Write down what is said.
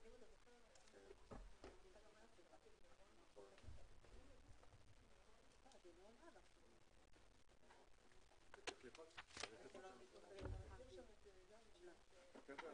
14:30.